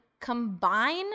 combine